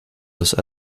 los